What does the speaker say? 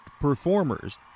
performers